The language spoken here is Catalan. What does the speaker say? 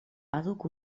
àdhuc